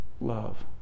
love